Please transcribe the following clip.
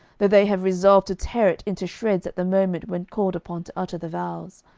though they have resolved to tear it into shreds at the moment when called upon to utter the vows.